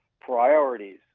priorities